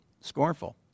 scornful